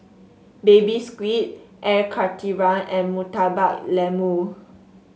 Baby Squid Air Karthira and Murtabak Lembu